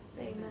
amen